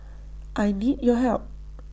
I need your help